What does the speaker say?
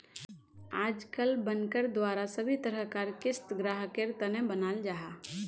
आजकल बनकर द्वारा सभी तरह कार क़िस्त ग्राहकेर तने बनाल जाहा